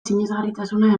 sinesgarritasuna